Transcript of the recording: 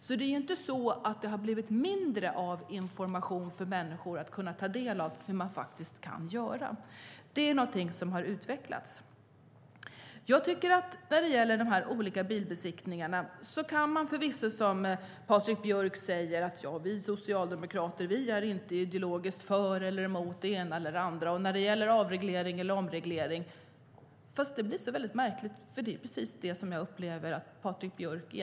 Det är alltså inte så att det har blivit mindre information där människor kan ta del av hur de ska göra. Tvärtom har informationen utvecklats. När det gäller de olika bilbesiktningarna säger Patrik Björck att Socialdemokraterna inte ideologiskt är för eller mot det ena eller andra, men det låter märkligt, för jag upplever att det är precis det som Patrik Björck är.